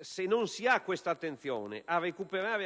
se non si fa attenzione a recuperare